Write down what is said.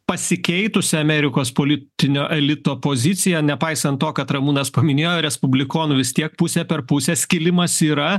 pasikeitusią amerikos politinio elito poziciją nepaisant to kad ramūnas paminėjo respublikonų vis tiek pusė per pusę skilimas yra